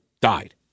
died